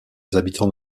habitants